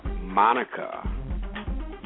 Monica